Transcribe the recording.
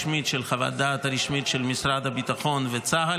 התהייה של תושבי הצפון המפונים מה הולך לקרות איתם אחרי 31 בדצמבר.